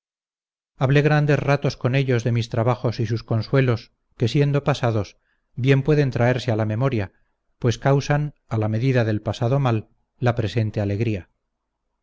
hablé grandes ratos con ellos de mis trabajos y sus consuelos que siendo pasados bien pueden traerse a la memoria pues causan a la medida del pasado mal la presente alegría